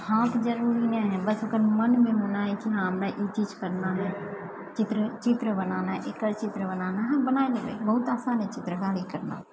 हाथ जरूरी नहि हइ बस ओकर मनमे होना हइ कि हम ई चीज करना हइ चित्र चित्र बनाना हइ एकर चित्र बनाना हइ हम बना लेबय बहुत आसान हइ चित्रकारी करना